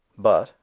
but,